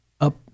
up